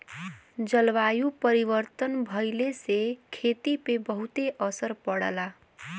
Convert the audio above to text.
जलवायु परिवर्तन भइले से खेती पे बहुते असर पड़ला